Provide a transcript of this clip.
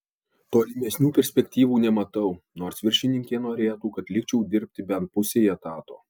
tolimesnių perspektyvų nematau nors viršininkė norėtų kad likčiau dirbti bent pusei etato